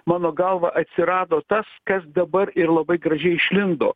mano galva atsirado tas kas dabar ir labai gražiai išlindo